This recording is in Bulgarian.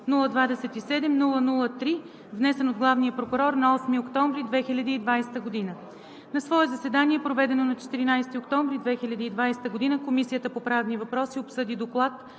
027-00-3, внесен от главния прокурор на 8 октомври 2020 г. На свое заседание, проведено на 14 октомври 2020 г., Комисията по правни въпроси обсъди Доклад